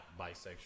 bisexual